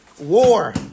War